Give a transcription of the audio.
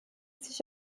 sich